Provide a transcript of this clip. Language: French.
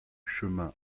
chemin